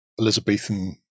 Elizabethan